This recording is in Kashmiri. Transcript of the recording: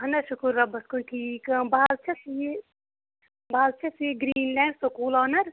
اہن حظ شُکر رۄبَس کُن ٹھیٖک بہٕ حظ چھس یہِ بہٕ حظ چھس یہِ گریٖن لینڈ سکوٗل اہن حظ